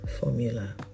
formula